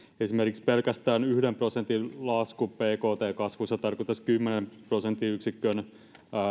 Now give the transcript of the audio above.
esimerkiksi pelkästään yhden prosentin lasku bkt kasvussa tarkoittaisi kymmenen prosenttiyksikön